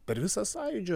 per visą sąjūdžio